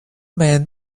man